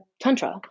tantra